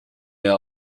mehr